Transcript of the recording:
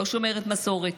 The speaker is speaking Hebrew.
לא שומרת מסורת,